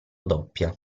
doppia